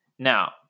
Now